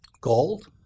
gold